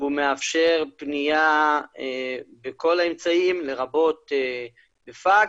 והוא מאפשר פנייה בכל האמצעים לרבות בפקס.